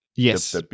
Yes